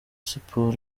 siporo